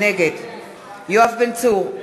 נגד יואב בן צור,